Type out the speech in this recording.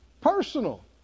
Personal